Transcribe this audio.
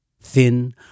thin